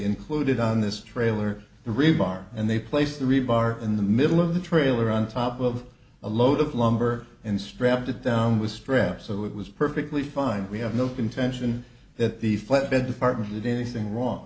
included on this trailer the rebar and they placed the rebar in the middle of the trailer on top of a load of lumber and strapped it down with straps so it was perfectly fine we have no contention that the flatbed department did anything wrong